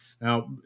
Now